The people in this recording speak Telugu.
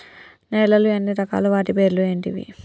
నేలలు ఎన్ని రకాలు? వాటి పేర్లు ఏంటివి?